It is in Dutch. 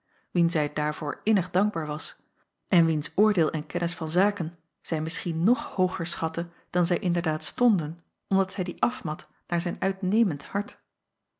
wien zij daarvoor innig dankbaar was en wiens oordeel en kennis van zaken zij misschien nog hooger schatte dan zij inderdaad stonden omdat zij die afmat naar zijn uitnemend hart